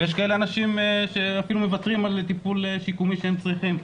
ויש כאלה אנשים שאפילו מוותרים על טיפול שיקומי שהם צריכים.